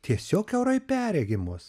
tiesiog kiaurai perregimos